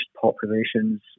populations